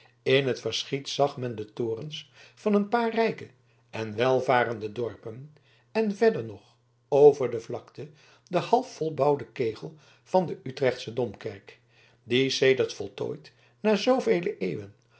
in t verschiet zag men de torens van een paar rijke en welvarende dorpen en verder nog over de vlakte den halfvolbouwden kegel van de utrechtsche domkerk die sedert voltooid na zoovele eeuwen